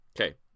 Okay